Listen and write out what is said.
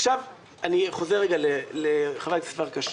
עכשיו, אני חוזר רגע לחברת הכנסת פרקש.